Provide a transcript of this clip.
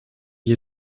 you